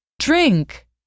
drink